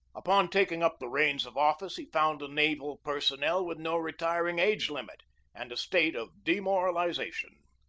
upon taking up the reins of office he found a naval personnel with no retiring age limit and a state of demoralization.